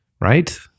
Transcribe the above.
right